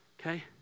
Okay